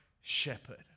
shepherd